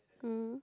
um